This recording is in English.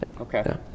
Okay